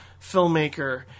filmmaker